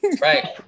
Right